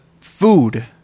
food